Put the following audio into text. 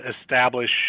establish